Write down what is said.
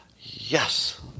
Yes